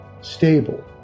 stable